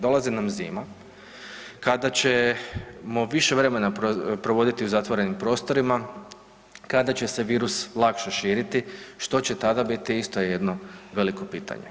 Dolazi nam zima kada ćemo više vremena provoditi u zatvorenim prostorima, kada će se virus lakše širiti, što će tada biti isto je jedno veliko pitanje.